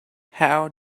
how